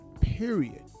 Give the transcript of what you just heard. period